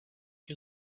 you